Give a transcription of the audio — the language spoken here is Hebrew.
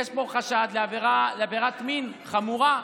יש פה חשד לעבירת מין חמורה.